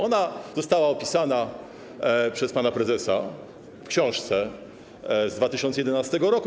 Ona została opisana przez pana prezesa w książce z 2011 r.